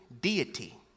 deity